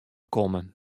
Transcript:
kommen